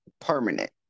permanent